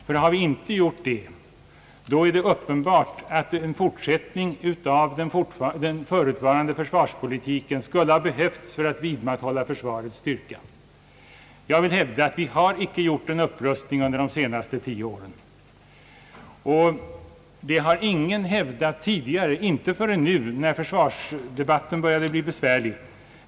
Om så inte är fallet är det uppenbart att en fortsättning av den förutvarande försvarspolitiken skulle ha behövts för att vidmakthålla försvarets styrka. Jag vill hävda att vi inte har gjort någon upprustning under de senaste tio åren. Det har ingen annan heller häv dat tidigare, inte förrän nu när försvarsdebatten började bli besvärlig.